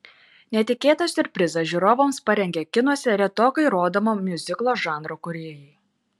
netikėtą siurprizą žiūrovams parengė kinuose retokai rodomo miuziklo žanro kūrėjai